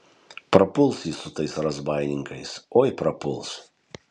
prapuls jis su tais razbaininkais oi prapuls